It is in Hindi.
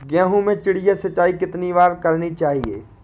गेहूँ में चिड़िया सिंचाई कितनी बार करनी चाहिए?